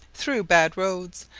through bad roads,